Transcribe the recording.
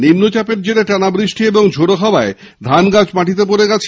নিম্নচাপের জেরে টানা বৃষ্টি এবং ঝড়ো হাওয়ায় ধান গাছ মাটিতে পড়ে গেছে